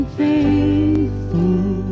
faithful